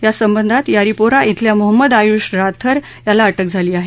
या संबंधात यारीपोरा इथल्या मोहम्मद आयुष राथर याला अटक झाली आहे